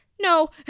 no